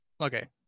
okay